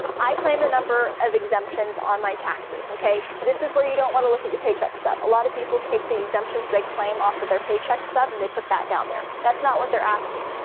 i claim the number of exemptions on my taxes, okay, this is where you don't wanna look at your paycheck stub. a lot of people take the exemptions they claim off of their paycheck stub and they put that down there. that's not what they're asking.